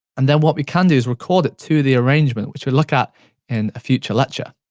and then, what we can do is record it to the arrangement, which we'll look at in a future lecture.